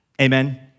Amen